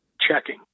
checking